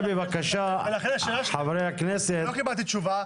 ולכן השאלה שלי, ולא קיבלתי תשובה,